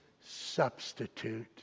substitute